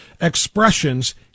expressions